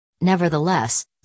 Nevertheless